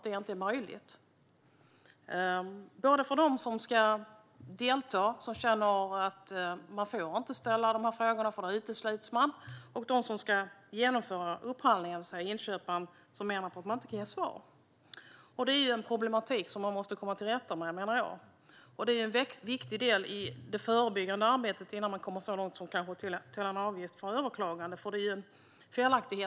Detta gäller både dem som ska delta och som känner att de inte får ställa frågor för då utesluts de, och dem som ska genomföra upphandlingen, det vill säga inköparna, som menar att de inte kan ge svar. Detta är en problematik som man måste komma till rätta med, menar jag. Det är en väldigt viktig del i det förebyggande arbetet, innan man kommer så långt som till att kanske ta ut en avgift för överklagande.